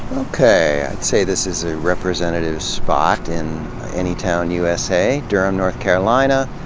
okay i'd say this is a representative spot in anytown, usa. durham, north carolina.